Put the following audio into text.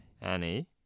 Annie